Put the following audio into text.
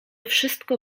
wszystko